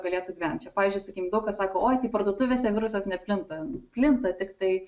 galėtų gyvent čia pavyzdžiui sakykim daug kas sako oi parduotuvėse virusas neplinta plinta tiktai